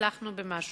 הצלחנו במשהו.